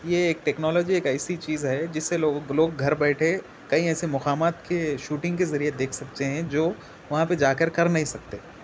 یہ ایک ٹیکنالاجی ایک ایسی چیز ہے جس سے لوگوں لوگ گھر بیٹھے کئی ایسے مقامات کے شوٹنگ کے ذریعے دیکھ سکتے ہیں جو وہاں پر جا کر کر نہیں سکتے